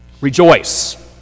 Rejoice